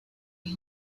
and